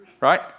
Right